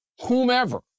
whomever